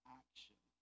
action